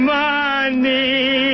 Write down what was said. money